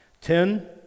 ten